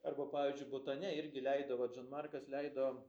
arba pavyzdžiui butane irgi leido vat žan markas leido